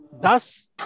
thus